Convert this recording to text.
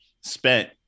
spent